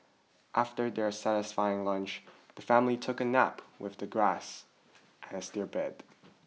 after their satisfying lunch the family took a nap with the grass as their bed